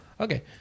Okay